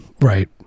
Right